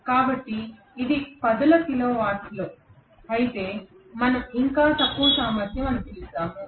కాబట్టి ఇది పదుల కిలో వాట్స్ అయితే మనం ఇంకా తక్కువ సామర్థ్యం అని పిలుస్తాము